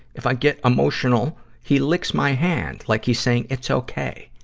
if i get emotional, he licks my hand, like he's saying, it's okay.